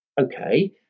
Okay